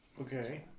Okay